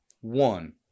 one